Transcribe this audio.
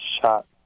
shot